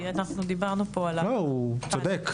לא, הוא צודק.